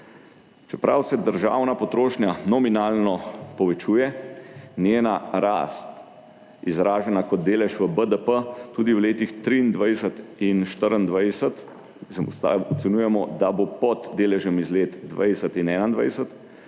Čeprav se državna potrošnja nominalno povečuje, njena rast izražena kot delež v BDP tudi v letih 23 in 24 postaja ocenjujemo, da bo pod deležem iz let 20